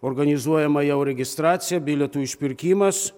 organizuojama jau registracija bilietų išpirkimas